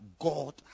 God